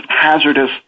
hazardous